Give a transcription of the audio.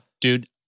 Dude